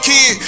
Kid